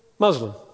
Muslim